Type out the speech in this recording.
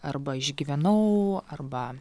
arba išgyvenau arba